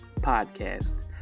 podcast